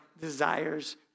desires